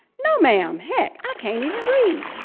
no, ma'am. heck, i can't even read,